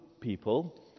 people